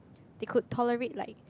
they could tolerate like